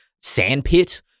sandpit